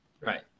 right